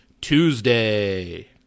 Tuesday